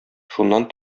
шуннан